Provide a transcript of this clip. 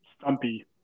Stumpy